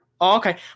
okay